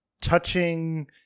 touching